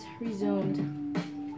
resumed